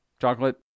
chocolate